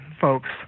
folks